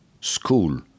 school